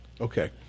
Okay